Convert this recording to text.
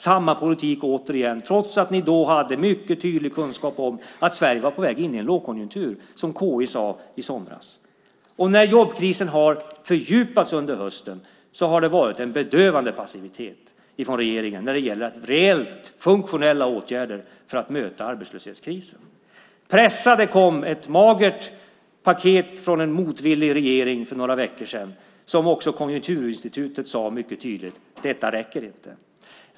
Samma politik återigen, trots att ni då hade mycket tydlig kunskap om att Sverige var på väg in i en lågkonjunktur - som KI sade i somras. När jobbkrisen har fördjupats under hösten har det varit en bedövande passivitet från regeringen med reellt funktionella åtgärder för att möta arbetslöshetskrisen. Pressade kom ett magert paket från en motvillig regering för några veckor sedan. Konjunkturinstitutet sade också mycket tydligt att det inte räcker.